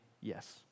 Yes